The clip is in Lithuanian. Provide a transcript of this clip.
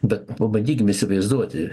bet pabandykim įsivaizduoti